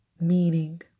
Meaning